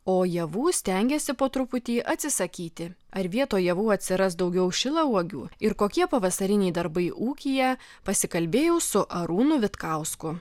o javų stengiasi po truputį atsisakyti ar vietoj javų atsiras daugiau šilauogių ir kokie pavasariniai darbai ūkyje pasikalbėjau su arūnu vitkausku